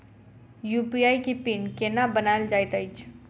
UPI केँ PIN केना बनायल जाइत अछि